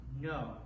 No